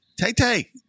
Tay-Tay